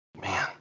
Man